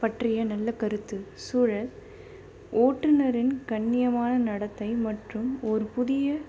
பற்றிய நல்ல கருத்து சூழல் ஓட்டுநரின் கண்ணியமான நடத்தை மற்றும் ஒரு புதிய